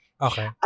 Okay